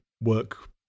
work